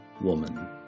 woman